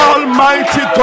Almighty